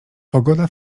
pogoda